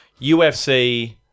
UFC